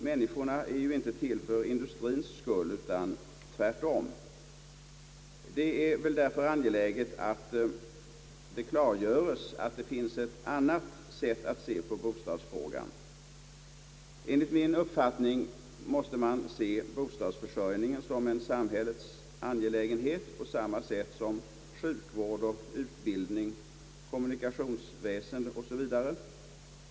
Människorna är ju inte till för industriens skull, utan tvärtom. Det är väl därför angeläget att det klargöres att det finns ett annat sätt att se på bostadsfrågan. Enligt min uppfattning måste vi se bostadsförsörjningen som en samhällets angelägenhet på samma sätt som sjukvård, utbildning, kommunikationsväsendet o.s.v.